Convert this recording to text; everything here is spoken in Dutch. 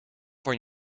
van